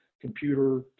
computer